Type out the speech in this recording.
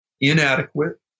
inadequate